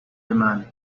demand